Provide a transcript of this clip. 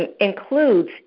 includes